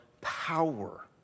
power